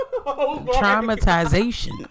traumatization